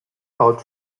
out